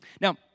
Now